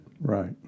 Right